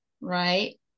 right